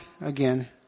again